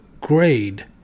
grade